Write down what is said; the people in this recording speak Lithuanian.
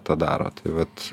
tą daro tai vat